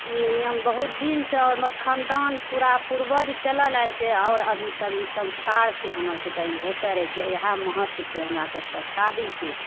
ई नियम बहुत दिनसँ हमर खानदान पूरा पुर्वज चलल आएल छै आओर अभी तक ई सन्स्कार छै हमर सभकें ई होइत रहैत छै इहे महत्व छै हमरा सभकेँ शादीके